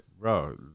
Bro